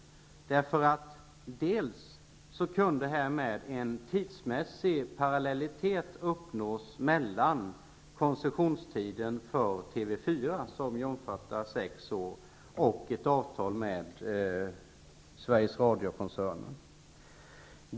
En tidsmässig parallellitet kunde på det viset uppnås mellan koncessionstiden för TV 4, som omfattar sex år, och ett avtal med Sveriges Radiokoncernen.